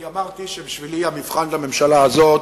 אני אמרתי שבשבילי המבחן בממשלה הזאת,